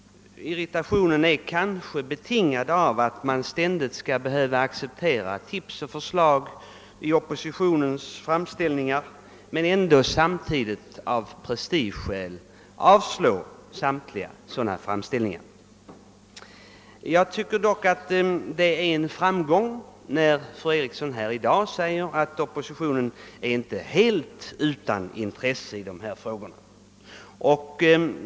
Irritationen är kanske betingad av att man ständigt finner tips och förslag från oppositionen vara godtagbara men ändå samtidigt av prestigeskäl måste avstyrka samtliga sådana framställningar. Jag tycker dock att det är en framgång när fru Eriksson här i dag säger att oppositionen inte är helt utan intresse i dessa frågor.